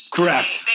Correct